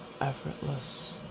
effortless